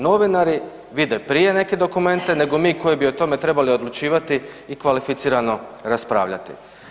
Novinari vide prije neke dokumente nego mi koji bi o tome trebali odlučivati i kvalificirano raspravljati.